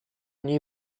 new